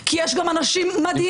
כי יש גם אנשים מדהימים,